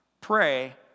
Pray